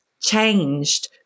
changed